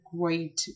great